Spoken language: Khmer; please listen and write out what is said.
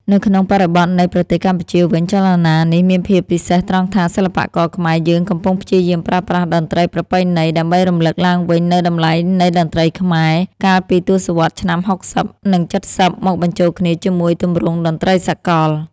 នៅក្នុងបរិបទនៃប្រទេសកម្ពុជាវិញ ចលនានេះមានភាពពិសេសត្រង់ថា សិល្បករខ្មែរយើងកំពុងព្យាយាមប្រើប្រាស់តន្ត្រីប្រពៃណី ដើម្បីរំលឹកឡើងវិញនូវតម្លៃនៃតន្ត្រីខ្មែរ កាលពីទសវត្សរ៍ឆ្នាំ ៦០ និង ៧០ មកបញ្ចូលគ្នាជាមួយទម្រង់តន្ត្រីសកល។